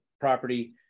property